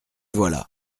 voilà